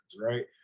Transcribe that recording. right